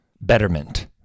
betterment